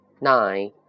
nine